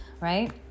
Right